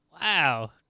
Wow